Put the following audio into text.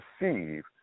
receive